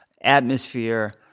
atmosphere